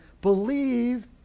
believe